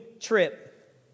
trip